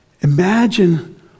imagine